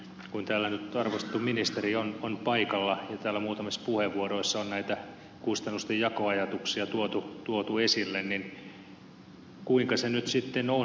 kun täällä nyt arvostettu ministeri on paikalla ja täällä muutamissa puheenvuoroissa on näitä kustannusten jakoajatuksia tuotu esille niin kuinka se nyt sitten on